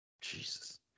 Jesus